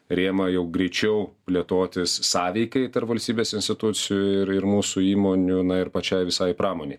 rėmą jau greičiau plėtotis sąveikai tarp valstybės institucijų ir ir mūsų įmonių na ir pačiai visai pramonei